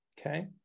Okay